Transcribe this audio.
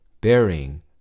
bearing